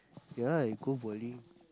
ya I go bowling